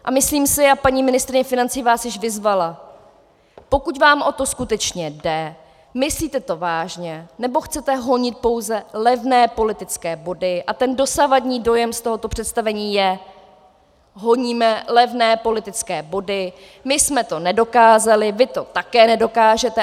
A myslím si, a paní ministryně financí vás již vyzvala, pokud vám o to skutečně jde, myslíte to vážně, nebo chcete honit pouze levné politické body, a ten dosavadní dojem z tohoto představení je, honíme levné politické body, my jsme to nedokázali, vy to také nedokážete.